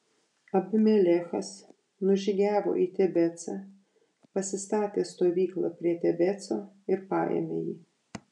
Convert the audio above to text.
abimelechas nužygiavo į tebecą pasistatė stovyklą prie tebeco ir paėmė jį